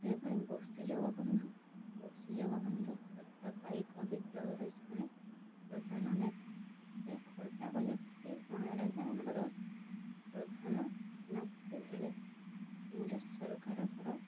ସେଭଳି ବକ୍ସି ଜଗବନ୍ଧୁ ବକ୍ସି ଜଗବନ୍ଧୁ ଖୋର୍ଦ୍ଧା ପାଇକ ବିଦ୍ରୋହର ଜଣେ ପ୍ରଧାନ ନେତା ସେ ଖୋର୍ଦ୍ଧା ଗଜପତି ମହାରାଜାଙ୍କର ପ୍ରଧାନ ସେନାପତି ଥିଲେ ଇଂରେଜ ସରକାରଙ୍କର